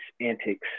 antics